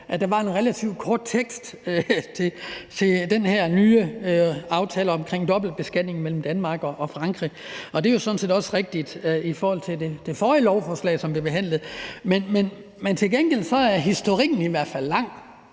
at der var en relativt kort tekst til den her nye aftale om dobbeltbeskatning mellem Danmark og Frankrig, og det er sådan set også rigtigt i forhold til det forrige lovforslag, som blev behandlet. Men til gengæld er historikken i hvert fald lang.